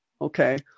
Okay